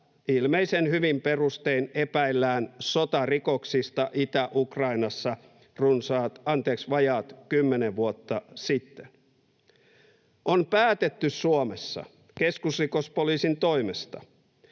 ilmeisen hyvin perustein epäillään sotarikoksista Itä-Ukrainassa vajaat kymmenen vuotta sitten. On päätetty Suomessa keskusrikospoliisin toimesta,